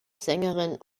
sängerin